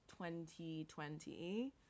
2020